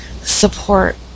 support